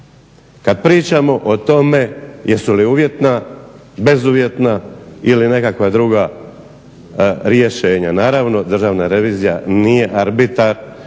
Kada pričamo o tome je su li uvjetna, bezuvjetna ili nekakva druga rješenja. Naravno Državna revizija nije arbitar,